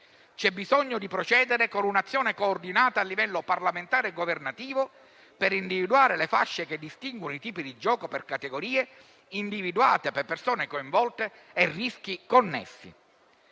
c'è bisogno di procedere con un'azione coordinata a livello parlamentare e governativo, per individuare le fasce che distinguono i tipi di gioco per categorie, individuate per persone coinvolte e rischi connessi;